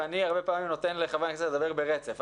ואני הרבה פעמים נותן לחברי הכנסת לדבר ברצף.